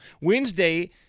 Wednesday